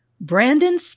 Brandon